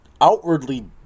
outwardly